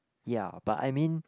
ya but I mean